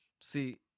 See